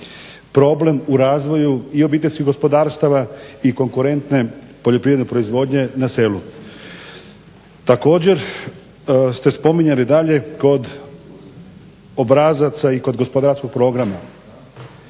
problem i u razvoju i obiteljskih gospodarstava i konkurentne poljoprivredne proizvodnje na selu. Također ste spominjali dalje kod obrazaca i kod gospodarskog programa.